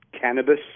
cannabis